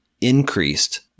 increased